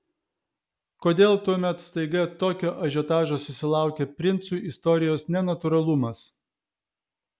kodėl tuomet staiga tokio ažiotažo susilaukė princų istorijos nenatūralumas